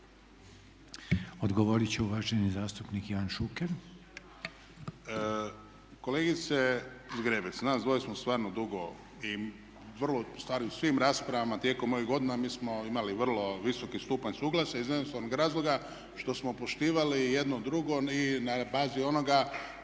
Odgovoriti će uvaženi zastupnik Ivan Šuker. **Šuker, Ivan (HDZ)** Kolegice Zgrebec, nas dvoje smo stvarno dugo i vrlo, ustvari u svim raspravama tijekom ovih godina mi smo imali vrlo visoki stupanj suglasja, iz jednostavnog razloga što smo poštivali jedno drugo i na bazi ono